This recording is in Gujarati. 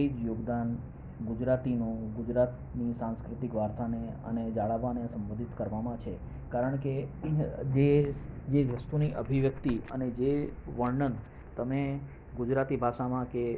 એ યોગદાન ગુજરાતીનો ગુજરાતની સાંસ્કૃતિક વારસાને અને જાળવવાને સંબોધિત કરવામાં છે કારણ કે જે જે વસ્તુની અભિવ્યક્તિ અને જે વર્ણન તમે ગુજરાતી ભાષામાં કે